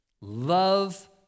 love